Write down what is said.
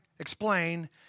explain